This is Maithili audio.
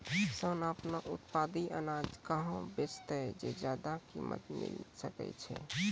किसान आपनो उत्पादित अनाज कहाँ बेचतै जे ज्यादा कीमत मिलैल सकै छै?